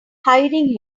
hiding